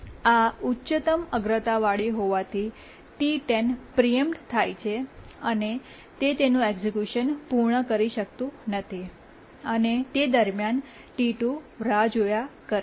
આ ઉચ્ચત્તમ અગ્રતાવાળી હોવાથી T10પ્રીએમ્પ્ટ થાય છે અને તે તેનું એક્સક્યૂશન પૂર્ણ કરી શકતું નથી અને તે દરમિયાન T2 રાહ જોતા રહે છે